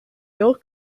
your